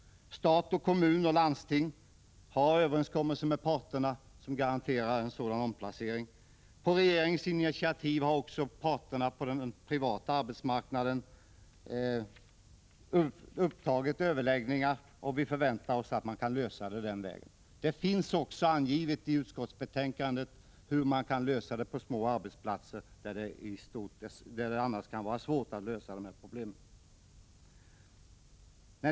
Staten, kommunerna och landstingen har överenskommelser med arbetstagarorganisationerna som garanterar en sådan omplacering. På regeringens initiativ har också parterna på den privata arbetsmarknaden upptagit överläggningar, och vi förväntar oss att man skall komma fram till en överenskommelse även på det området. Det finns också angivet i utskottsbetänkandet hur man kan gå till väga på små arbetsplatser, där det annars kan vara svårt att lösa de här problemen.